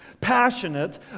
passionate